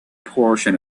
portion